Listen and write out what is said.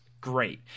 Great